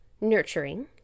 nurturing